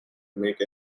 make